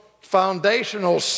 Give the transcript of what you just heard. foundational